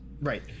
Right